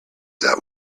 that